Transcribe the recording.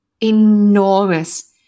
enormous